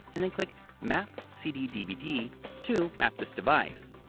and then click map cd dvd to map this device.